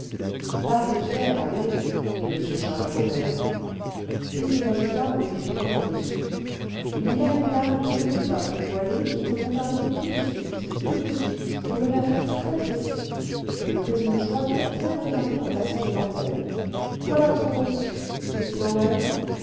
barre de fer allez dit m charles robert puis il ajouta en écrivant le reçu il y a une dame on ne peut pas plus voilée qui veut vous parler tout de suite tout de suite pour une affaire très pressée je me fais une joie de la bien regarder en passant devant elle voilà votre reçu est-il en règle